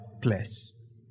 place